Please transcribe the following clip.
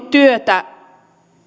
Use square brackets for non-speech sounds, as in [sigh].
[unintelligible] työtä